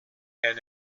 and